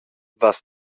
vas